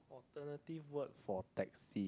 alternative word for taxi